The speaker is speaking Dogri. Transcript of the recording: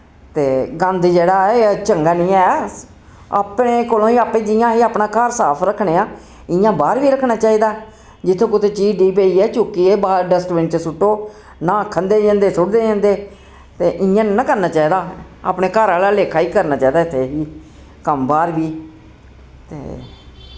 ते गंद जेह्ड़ा ऐ एह् चंगा निं ऐ अपने कोलों ही आप्पे जियां असी अपना घर साफ रक्खने आं इयां बाह्र वी रक्खना चाहिदा जित्थे कुते चीज डिग्ग पेई ऐ चुक्कियै बाह्र डस्टबिन च सुट्टो ना खंदे जंदे सुटदे जंदे ते इयां निं ना करना चाहिदा अपने घर आह्ला लेक्खा ही करना चाहिदा इत्थे कम्म बाह्र वी ते